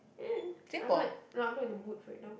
eh I'm not no I'm not in the mood for it now